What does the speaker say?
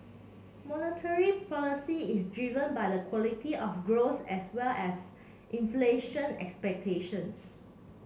monetary policy is driven by the quality of growth as well as inflation expectations